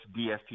dst